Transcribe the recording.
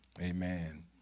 Amen